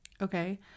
okay